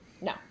No